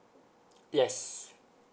yes